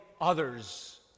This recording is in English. others